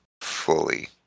fully